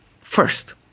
First